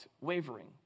wavering